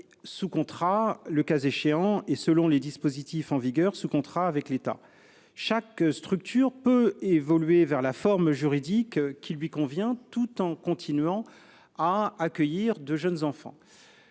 sous contrat, puis, le cas échéant, et selon les dispositifs en vigueur, sous contrat avec l'État. Chaque structure peut évoluer vers la forme juridique qui lui convient tout en continuant d'accueillir de jeunes enfants.